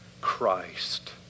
Christ